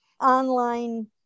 online